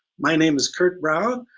my name is curt brown,